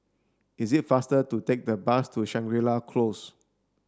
is it faster to take the bus to Shangri La Close